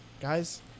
Guys